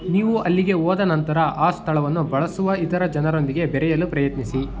ನೀವು ಅಲ್ಲಿಗೆ ಹೋದ ನಂತರ ಆ ಸ್ಥಳವನ್ನು ಬಳಸುವ ಇತರ ಜನರೊಂದಿಗೆ ಬೆರೆಯಲು ಪ್ರಯತ್ನಿಸಿ